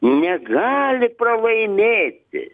negali pralaimėti